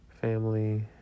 family